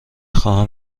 خواهم